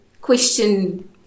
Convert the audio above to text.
question